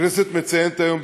הכנסת מציינת היום,